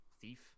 Thief